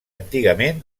antigament